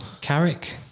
Carrick